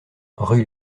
rue